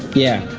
yeah,